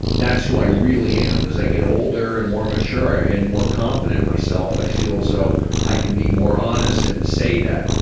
that's who i really am. and as i get older and more mature and more confident in myself i feel as though i can be more honest and say that.